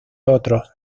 otros